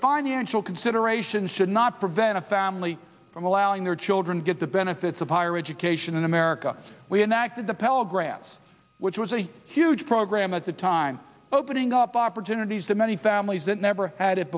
financial considerations should not prevent a family from allowing their children to get the benefits of higher education in america we enacted the pell grants which was a huge program at that time opening up opportunities to many families that never had it